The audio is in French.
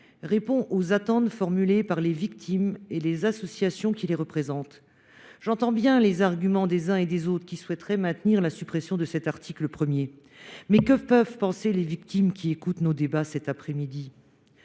répond aux attentes formulées par les victimes et par les associations qui les représentent. J’entends les arguments de ceux qui souhaiteraient maintenir la suppression de cet article 1. Mais que peuvent penser les victimes qui écoutent nos débats cet après midi ?